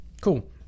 Cool